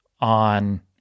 on